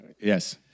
Yes